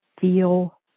feel